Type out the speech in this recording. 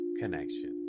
connection